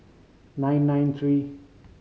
nine nine three